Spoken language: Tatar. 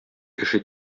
кеше